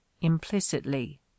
implicitly